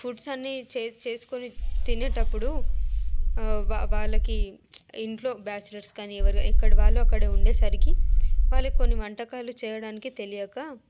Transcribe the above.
foods అన్నీ చేసి చేసుకుని తినేటప్పుడు వ వాళ్ళకి ఇంట్లో బ్యాచిలర్స్కి కానీ ఎవరి ఎక్కడి వాళ్ళు అక్కడ ఉండేసరికి వాళ్ళు కొన్ని వంటకాలు చేయడానికి తెలియక